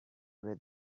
where